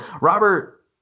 robert